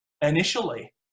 initially